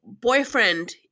boyfriend